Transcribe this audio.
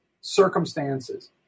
circumstances